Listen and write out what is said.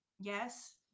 Yes